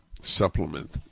supplement